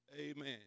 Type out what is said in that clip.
amen